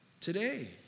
Today